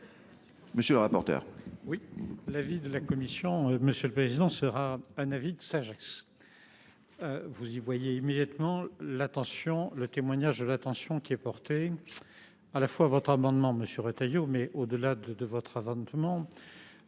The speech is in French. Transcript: monsieur le rapporteur.